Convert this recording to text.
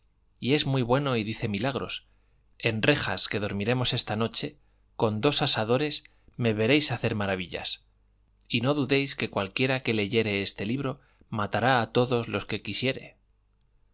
y es muy bueno y dice milagros y para que lo creáis en rejas que dormiremos esta noche con dos asadores me veréis hacer maravillas y no dudéis que cualquiera que leyere en este libro matará a todos los que quisiere